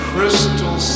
Crystal